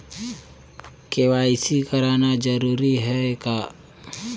KYC कराना जरूरी है का?